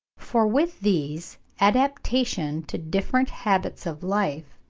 for with these, adaptation to different habits of life,